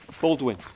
Baldwin